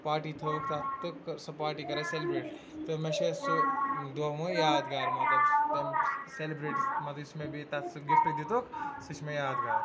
party تھٲوُکھ تَتھ تہٕ سُہ پاٹی کَران سیلِبریٹ تہٕ مےٚ چھِ سُہ دۄہ وَیہِ یادگار مطلب تمہِ سیلِبریٹ منٛز یُس مےٚ بیٚیہِ تَتھ سُہ گِفٹہٕ دِتُکھ سُہ چھُ مےٚ یادگار